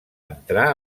entrar